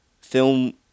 film